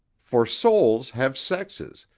for souls have sexes,